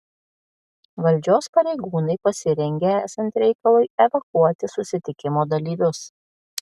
valdžios pareigūnai pasirengė esant reikalui evakuoti susitikimo dalyvius